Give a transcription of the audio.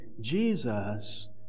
Jesus